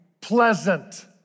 pleasant